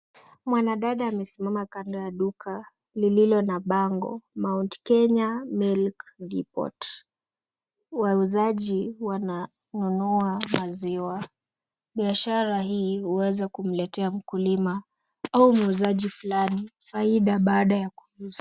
Mwanadada amesimama kando ya duka lililo na bango mount kenya milk deport . Wauzaji wananunua maziwa. Biashara hii huweza kumletea mkulima au muuzaji fulani faida baada ya kuuza.